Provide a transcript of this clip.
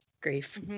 grief